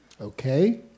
Okay